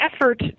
effort